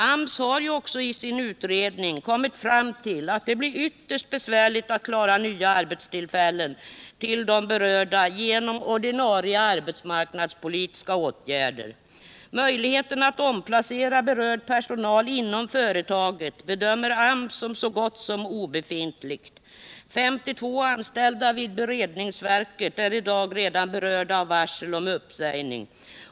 AMS har också i sin utredning kommit fram till att det blir ytterst besvärligt att klara nya arbetstillfällen till de berörda genom ordinarie arbetsmarknadspolitiska åtgärder. Möjligheten att omplacera berörd personal inom företaget bedömer AMS som så gott som obefintlig. 52 anställda vid beredningsverket är redan i dag berörda av varsel om uppsägning.